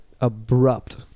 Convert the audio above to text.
abrupt